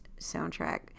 soundtrack